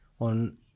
on